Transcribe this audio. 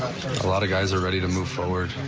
a lot of guys are ready to move forward.